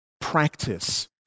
practice